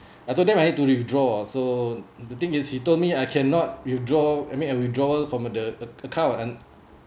I told them I need to withdraw so the thing is he told me I cannot withdraw I mean withdrawal from the account